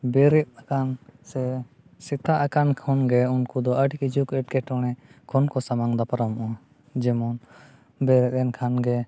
ᱵᱮᱨᱮᱫ ᱟᱠᱟᱱ ᱥᱮ ᱥᱮᱛᱟᱜ ᱟᱠᱟᱱ ᱠᱷᱚᱱᱜᱮ ᱩᱱᱠᱩ ᱫᱚ ᱟᱹᱰᱤ ᱠᱟᱡᱟᱠ ᱮᱴᱠᱮᱴᱚᱬᱮ ᱠᱷᱚᱱ ᱠᱚ ᱥᱟᱢᱟᱝ ᱫᱟᱯᱨᱟᱢᱚᱜᱼᱟ ᱡᱮᱢᱚᱱ ᱵᱮᱨᱮᱫ ᱮᱱᱠᱷᱟᱱ ᱜᱮ